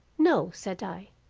no, said i,